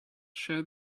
share